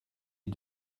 est